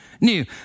new